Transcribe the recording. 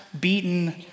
beaten